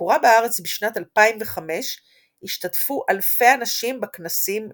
ובביקורה בארץ בשנת 2005 השתתפו אלפי אנשים בכנסים לכבודה.